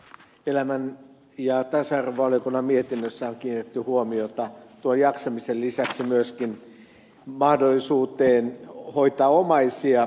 työelämä ja tasa arvovaliokunnan mietinnössä on kiinnitetty huomiota tuon jaksamisen lisäksi myös mahdollisuuteen hoitaa omaisia